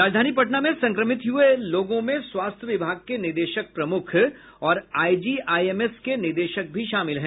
राजधानी पटना में संक्रमित हुये लोगों में स्वास्थ्य विभाग के निदेशक प्रमुख और आईजीआईएमएस के निदेशक भी शामिल हैं